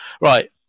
right